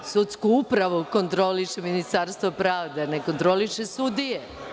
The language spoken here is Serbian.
Sudsku upravu kontroliše Ministarstvo pravde, ne kontroliše sudije.